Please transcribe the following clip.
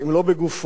אז ברוחו.